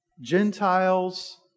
Gentiles